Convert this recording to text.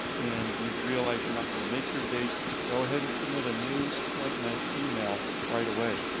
and you realized you're not gonna make your date, go ahead and submit a new appointment email right away.